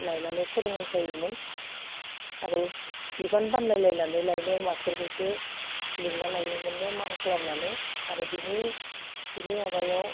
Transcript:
लायनानै फोरोंहोफैयोमोन आरो बिबान बानलायलाइनानै लायनो मास्टरफोरखो लिंना लायोमोननो मान खालामनानै आरो बिनि बिनि माबायाव